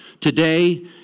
Today